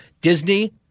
Disney